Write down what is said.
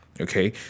Okay